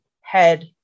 head